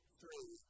three